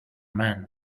man